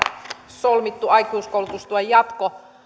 solmittu aikuiskoulutustuen jatko